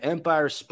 Empire